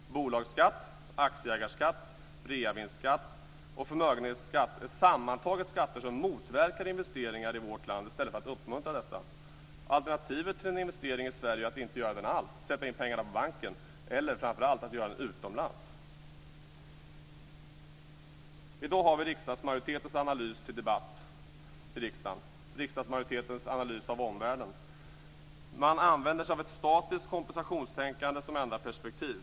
Bolagsskatt, aktieägarskatt, reavinstskatt och förmögenhetsskatt är sammantaget skatter som motverkar investeringar i vårt land i stället för att uppmuntra dessa. Alternativet till en investering i Sverige är att inte göra den alls, sätta in pengarna på banken eller framför allt att göra den utomlands. I dag har vi riksdagsmajoritetens analys av omvärlden uppe till debatt i riksdagen. Man använder sig av ett statiskt kompensationstänkande som enda perspektiv.